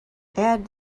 add